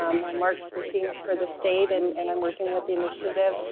um ah mark's working for the state, and and i'm working with the initiative,